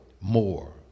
more